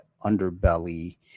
underbelly